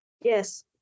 yes